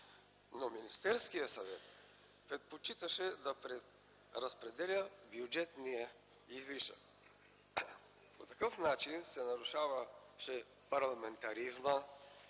Но Министерският съвет предпочиташе да преразпределя бюджетния излишък. По такъв начин се нарушаваше парламентаризмът